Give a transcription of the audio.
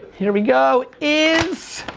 here we go, is,